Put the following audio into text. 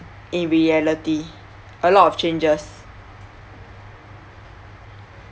in reality a lot of changes